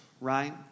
right